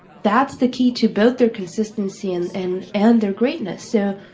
that's the key to both their consistency and and and their greatness. so,